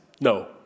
No